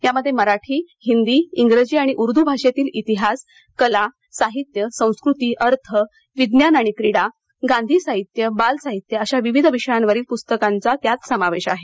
यामध्ये मराठी हिंदी इंग्रजी आणि उर्दू भाषेतील इतिहास कला साहित्य संस्कृती अर्थ विज्ञान आणि क्रीडा गांधी साहित्य बालसाहित्य अशा विविध विषयांवरील पुस्तकांचा त्यात समावेश आहे